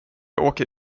åker